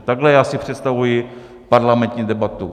Takhle já si představuji parlamentní debatu.